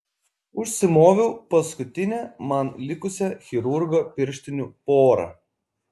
užsimoviau paskutinę man likusią chirurgo pirštinių porą